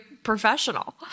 professional